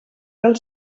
del